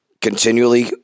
continually